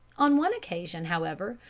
on one occasion, however,